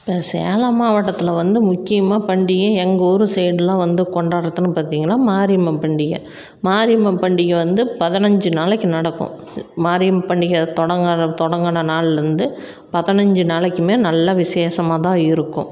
இப்போ சேலம் மாவட்டத்தில் வந்து முக்கியமாக பண்டிகை எங்கள் ஊர் சைட்லாம் வந்து கொண்டாடுறதுன்னு பார்த்திங்கனா மாரியம்மன் பண்டிகை மாரியம்மன் பண்டிகை வந்து பதினஞ்சு நாளைக்கு நடக்கும் சு மாரியம்மன் பண்டிகை தொடங்க ஆர தொடங்குனா நாள்லேருந்து பதினஞ்சு நாளைக்குமே நல்லா விஷேசமாகதான் இருக்கும்